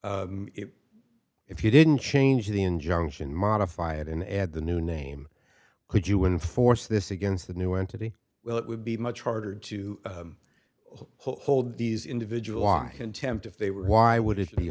if you didn't change the injunction modify it and add the new name could you enforce this against the new entity well it would be much harder to hold these individual on contempt if they were why would it be